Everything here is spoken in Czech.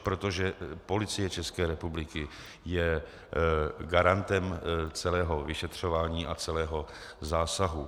Protože Policie České republiky je garantem celého vyšetřování a celého zásahu.